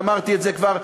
ואמרתי את זה כבר,